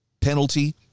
penalty